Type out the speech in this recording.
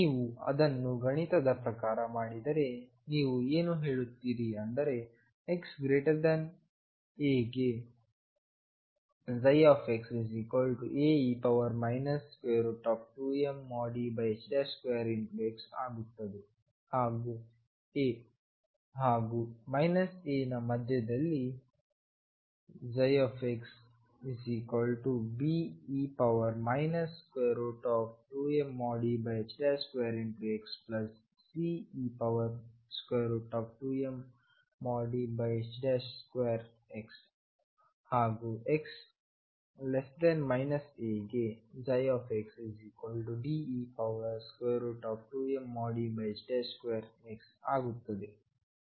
ನೀವು ಅದನ್ನು ಗಣಿತದ ಪ್ರಕಾರ ಮಾಡಿದರೆ ನೀವು ಏನು ಹೇಳುತ್ತೀರಿ ಅಂದರೆ xa ಗೆ xAe 2mE2x ಆಗುತ್ತದೆ ಹಾಗೂ a ಹಾಗೂ a ನ ಮಧ್ಯದಲ್ಲಿxBe 2mE2xCe2mE2x ಹಾಗೂx a ಗೆ xDe2mE2x ಆಗುತ್ತದೆ